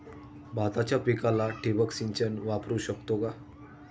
भाताच्या पिकाला ठिबक सिंचन वापरू शकतो का?